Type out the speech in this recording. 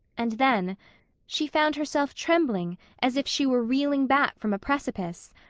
and then she found herself trembling as if she were reeling back from a precipice.